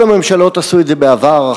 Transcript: כל הממשלות עשו את זה בעבר,